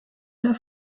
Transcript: der